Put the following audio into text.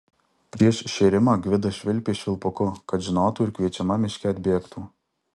prieš šėrimą gvidas švilpė švilpuku kad žinotų ir kviečiama miške atbėgtų